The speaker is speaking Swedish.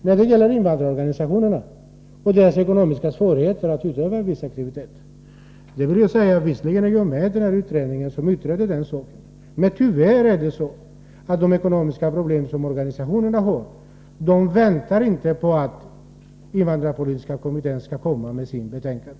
När det gäller invandrarorganisationerna och deras ekonomiska svårigheter att utöva en viss aktivitet vill jag säga att jag visserligen är med i den kommitté som utreder den saken, men tyvärr väntar inte organisationernas ekonomiska problem på att invandrarpolitiska kommittén skall komma med sitt betänkande.